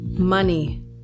money